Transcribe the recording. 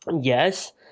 Yes